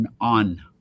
on